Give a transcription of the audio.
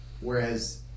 Whereas